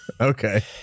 okay